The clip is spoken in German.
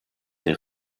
der